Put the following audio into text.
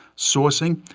sourcing,